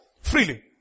freely